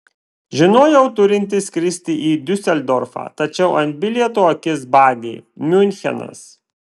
žinojau turinti skristi į diuseldorfą tačiau ant bilieto akis badė miunchenas